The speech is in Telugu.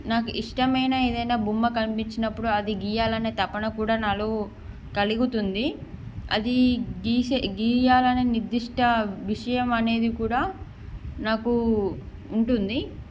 నాకు ఇష్టమైన ఏదైనా బొమ్మ కనిపించినప్పుడు అది గీయాలి అనే తపన కూడా నాలో కలుగుతుంది అది గీసే గీయాలి అనే నిర్దిష్ట విషయం అనేది కూడా నాకు ఉంటుంది